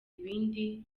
ibindi